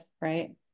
Right